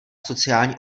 sociální